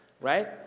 right